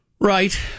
Right